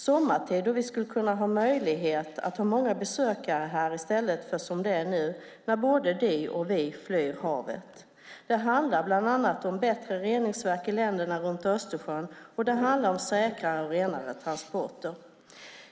Sommaren är den tid då vi skulle ha möjlighet att ha många besökare här i stället för som det nu är när både de och vi flyr från havet. Det handlar bland annat om bättre reningsverk i länderna runt Östersjön och om säkrare och renare transporter.